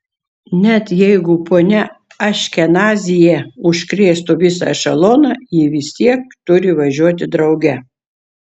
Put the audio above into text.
net jeigu ponia aškenazyje užkrėstų visą ešeloną ji vis tiek turi važiuoti drauge